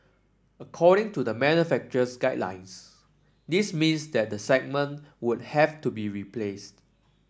according to the manufacturer's guidelines this means that the segment would have to be replaced